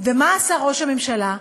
ומה עשה ראש הממשלה?